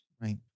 Right